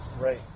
Right